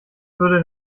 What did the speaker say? würde